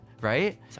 Right